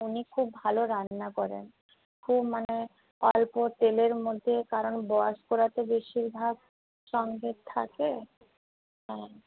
উনি খুব ভালো রান্না করেন খুব মানে অল্প তেলের মধ্যে কারণ বয়স্করা তো বেশিরভাগ সঙ্গে থাকে হ্যাঁ